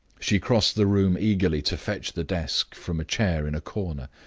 she crossed the room eagerly to fetch the desk from a chair in a corner.